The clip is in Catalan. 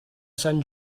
sant